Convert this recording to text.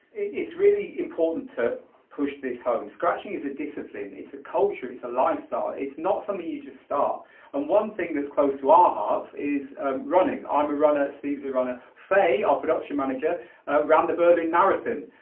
it's really important to push this home. scratching is a discipline, it's a culture, it's a lifestyle, it's not something you just start and one thing that's close to our hearts is running. i'm a runner, steve's a runner, faye our production manager ran the berlin marathon.